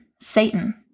Satan